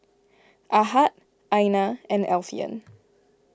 Ahad Aina and Alfian